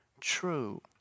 true